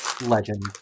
legend